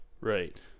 right